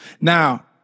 Now